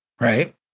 Right